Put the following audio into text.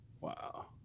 Wow